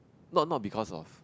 not not because of